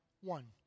One